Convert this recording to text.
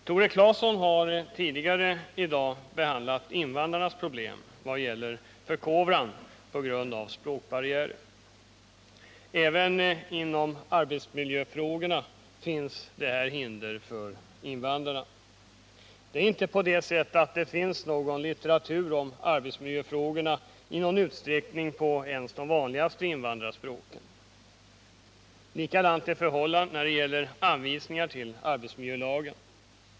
Tore Claeson har tidigare i dag behandlat invandrarnas problem vad gäller förkovran på grund av språkbarriärer. Även inom arbetsmiljöfrågorna finns dessa hinder för invandrarna. Det är inte på det sättet att det finns någon litteratur om arbetsmiljöfrågorna i någon större utsträckning ens på de vanligaste invandrarspråken. Samma är förhållandet när det gäller anvisningar till arbetsmiljölagen.